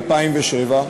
מ-2007,